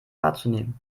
wahrzunehmen